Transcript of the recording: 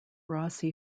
rossi